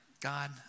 God